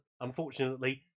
Unfortunately